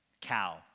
cow